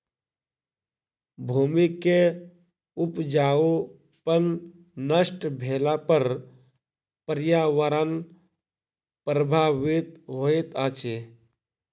भूमि के उपजाऊपन नष्ट भेला पर पर्यावरण प्रभावित होइत अछि